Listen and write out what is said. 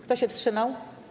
Kto się wstrzymał?